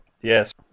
Yes